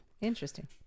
Interesting